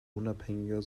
unabhängiger